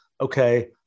okay